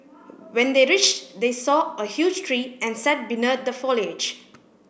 when they reached they saw a huge tree and sat beneath the foliage